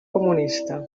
comunista